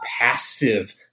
passive